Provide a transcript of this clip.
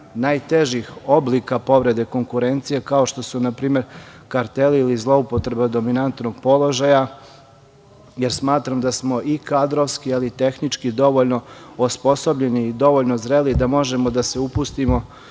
najtežih oblika povrede konkurencije, kao što su, na primer, karteli ili zloupotreba dominantnog položaja, jer smatram da smo i kadrovski, ali i tehnički dovoljno osposobljeni i dovoljno zreli da možemo da se upustimo